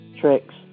tricks